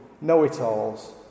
know-it-alls